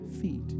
feet